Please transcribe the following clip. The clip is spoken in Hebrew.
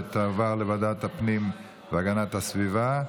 לוועדת הפנים והגנת הסביבה נתקבלה.